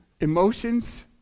emotions